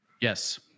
Yes